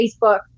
Facebook